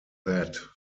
that